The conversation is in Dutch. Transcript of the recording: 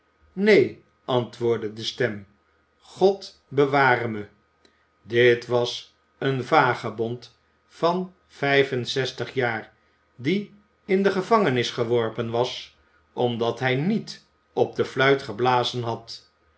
neen antwoordde de stem god beware me dit was een vagebond van vijf en zestig jaar die in de gevangenis geworpen was omdat hij niet op de fluit geblazen had